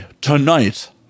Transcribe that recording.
tonight